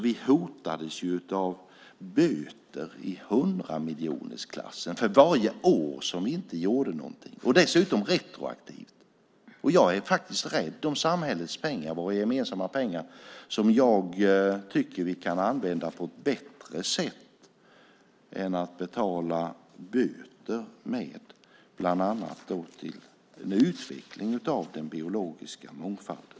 Vi hotades av böter i hundramiljonersklassen för varje år som vi inte gjorde något, dessutom retroaktivt. Jag är rädd om samhällets pengar, våra gemensamma pengar, som jag tycker att vi kan använda på ett bättre sätt än att betala böter med. Bland annat kan de användas till en utveckling av den biologiska mångfalden.